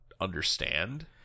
understand